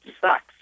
sucks